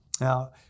Now